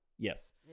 Yes